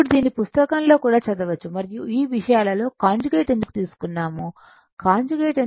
ఇప్పుడు దీన్ని పుస్తకంలో కూడా చూడవచ్చు మరియు ఈ విషయాలలో కాంజుగేట్ ఎందుకు తీసుకున్నాము కాంజుగేట్